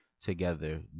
together